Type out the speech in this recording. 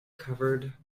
covered